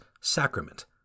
sacrament